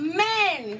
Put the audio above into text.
men